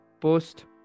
post